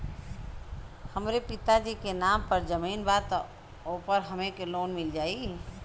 हमरे पिता जी के नाम पर जमीन बा त ओपर हमके लोन मिल जाई?